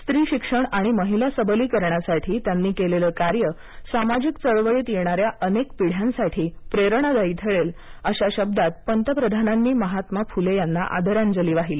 स्त्री शिक्षण आणि महिला सबलीकरणासाठी त्यांनी केलेलं कार्य सामाजिक चळवळीत येणाऱ्या अनेक पिढ्यांसाठी प्रेरणादायी ठरेल अशा शब्दात पंतप्रधानांनी महात्मा फुले यांना आदरांजली वाहिली